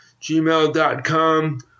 gmail.com